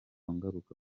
ngaruka